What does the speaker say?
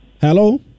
Hello